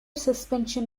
suspension